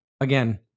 again